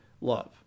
love